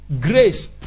grace